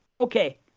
Okay